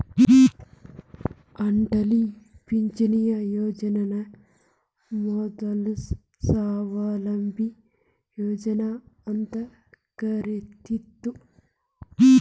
ಅಟಲ್ ಪಿಂಚಣಿ ಯೋಜನನ ಮೊದ್ಲು ಸ್ವಾವಲಂಬಿ ಯೋಜನಾ ಅಂತ ಕರಿತ್ತಿದ್ರು